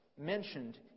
mentioned